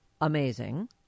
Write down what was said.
amazing